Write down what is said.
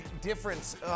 difference